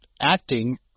acting